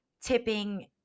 tipping